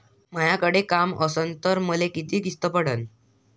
मायाकडे काम असन तर मले किती किस्त पडन?